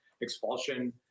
expulsion